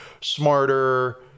smarter